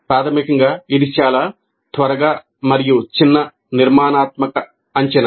ప్రాథమికంగా ఇది చాలా త్వరగా మరియు చిన్న నిర్మాణాత్మక అంచనా